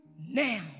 now